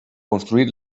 construir